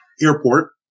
airport